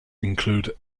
include